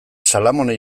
salamone